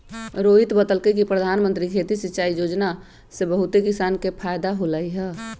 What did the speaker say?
रोहित बतलकई कि परधानमंत्री खेती सिंचाई योजना से बहुते किसान के फायदा होलई ह